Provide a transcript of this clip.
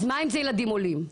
אז מה אם זה ילדים עולים.